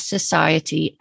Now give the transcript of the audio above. Society